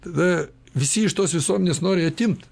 tada visi iš tos visuomenės nori atimt